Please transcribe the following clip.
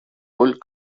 роль